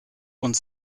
und